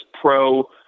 pro